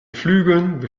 flügeln